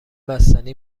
بستنی